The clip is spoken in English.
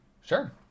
sure